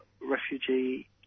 refugee